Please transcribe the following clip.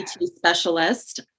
specialist